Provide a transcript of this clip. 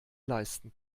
leisten